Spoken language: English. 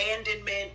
abandonment